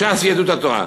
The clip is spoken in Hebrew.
ש"ס ויהדות התורה,